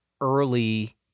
early